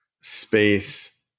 space